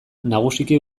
nagusiki